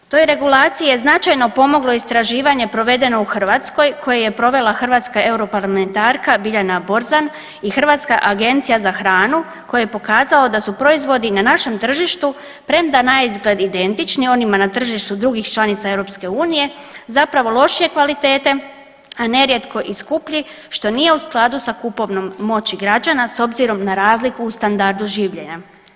Toj je regulaciji značajno pomoglo istraživanje provedeno u Hrvatskoj koju je provela hrvatska europarlamentarka Biljana Borzan i Hrvatska agencija za hranu koje je pokazalo da su proizvodi na našem tržištu premda naizgled identični onima na tržištu drugih članica EU zapravo lošije kvalitete a nerijetko i skuplji što nije u skladu sa kupovnom moći građana s obzirom na razliku u standardu življenja.